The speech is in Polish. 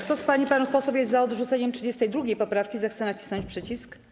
Kto z pań i panów posłów jest za odrzuceniem 32. poprawki, zechce nacisnąć przycisk.